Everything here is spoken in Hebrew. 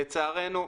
לצערנו,